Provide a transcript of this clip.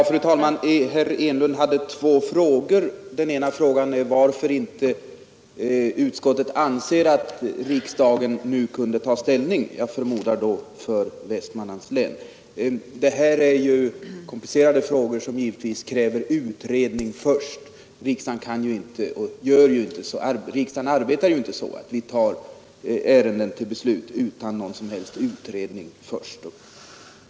Fru talman! Herr Enlund ställde två frågor. Han frågade först varför utskottet anser att riksdagen inte nu kan ta ställning — för en förläggning till Västmanlands län. Det här är en komplicerad fråga som givetvis kräver utredning först. Riksdagen arbetar ju inte så att vi fattar beslut i ärenden utan någon som helst utredning.